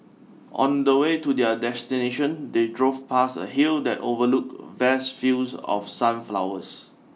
on the way to their destination they drove past a hill that overlooked vast fields of sunflowers